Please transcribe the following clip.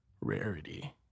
rarity